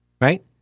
right